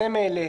הסמל,